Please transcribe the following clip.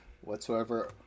whatsoever